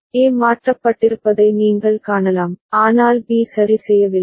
A மாற்றப்பட்டிருப்பதை நீங்கள் காணலாம் ஆனால் B சரி செய்யவில்லை